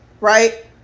right